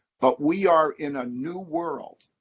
but we are in a new world.